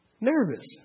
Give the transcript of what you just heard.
Nervous